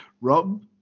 Rob